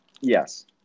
Yes